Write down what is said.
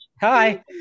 Hi